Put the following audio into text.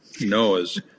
Noah's